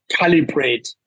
calibrate